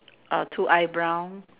two eyebrow